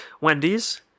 Wendy's